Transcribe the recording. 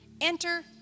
enter